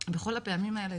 בכל הפעמים האלה,